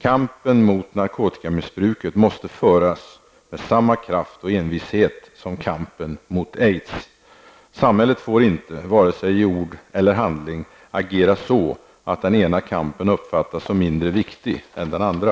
Kampen mot narkotikamissbruket måste föras med samma kraft och envishet som kampen mot aids. Samhället får inte, vare sig i ord eller handling, agera så att den ena kampen uppfattas som mindre viktig än den andra.